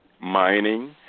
mining